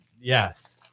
Yes